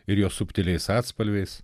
ir jos subtiliais atspalviais